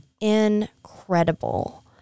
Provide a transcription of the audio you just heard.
incredible